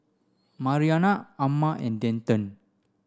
Marianna Amma and Denton